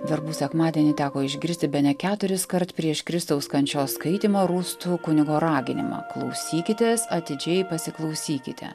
verbų sekmadienį teko išgirsti bene keturiskart prieš kristaus kančios skaitymą rūstų kunigo raginimą klausykitės atidžiai pasiklausykite